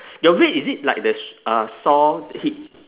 your red is it like the s~ uh saw hit